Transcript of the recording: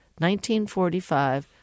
1945